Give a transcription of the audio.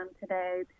today